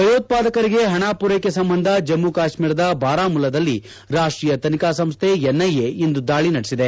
ಭಯೋತ್ವಾದಕರಿಗೆ ಹಣ ಪೂರೈಕೆ ಸಂಬಂಧ ಜಮ್ಮು ಕಾಶ್ತೀರದ ಬಾರಾಮುಲ್ಲಾದಲ್ಲಿ ರಾಷ್ಟೀಯ ತನಿಖಾ ಸಂಸ್ಥೆ ಎನ್ಐಎ ಇಂದು ದಾಳಿ ನಡೆಸಿದೆ